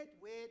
wait